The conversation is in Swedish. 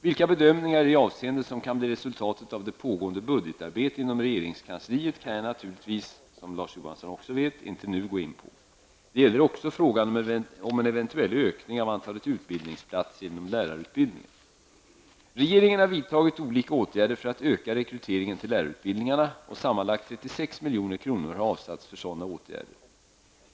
Vilka bedömningar i detta avseende som kan bli resultatet av det pågående budgetarbetet inom regeringskansliet kan jag naturligtvis -- som Larz Johansson också vet -- inte nu gå in på. Detta gäller även frågan om en eventuell ökning av antalet utbildningsplatser inom lärarutbildningen. Regeringen har vidtagit olika åtgärder för att öka rekryteringen till lärarutbildningarna, och sammanlagt 36 milj.kr. har avsatts för sådana åtgärder.